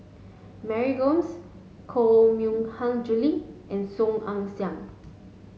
Mary Gomes Koh Mui Hiang Julie and Song Ong Siang